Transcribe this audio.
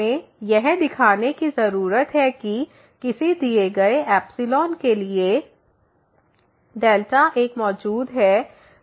हमें यह दिखाने की जरूरत है कि किसी दिए गए के लिए एक मौजूद है